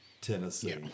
Tennessee